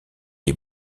les